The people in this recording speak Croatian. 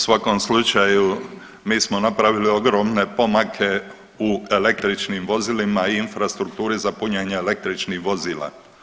U svakom slučaju mi smo napravili ogromne pomake u električnim vozilima i infrastrukturi za punjenje električnih vozila.